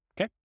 okay